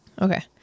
Okay